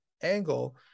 angle